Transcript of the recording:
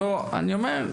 אני אומר,